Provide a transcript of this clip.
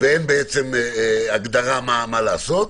ואין הגדרה מה לעשות,